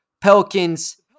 Pelicans